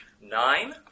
Nine